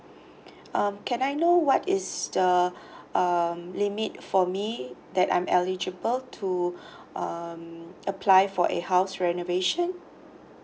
uh can I know what is the um limit for me that I'm eligible to um apply for a house renovation